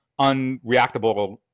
unreactable